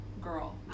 girl